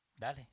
Dale